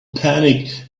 panic